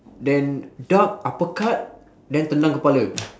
then dark uppercut then tendang kepala